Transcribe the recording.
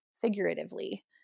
figuratively